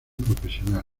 profesional